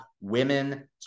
women